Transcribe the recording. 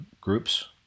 groups